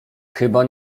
chyba